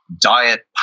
diet